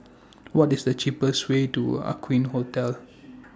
What IS The cheapest Way to Aqueen Hotel